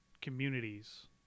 communities